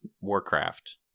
Warcraft